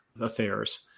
affairs